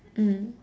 mm